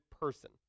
person